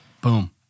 Boom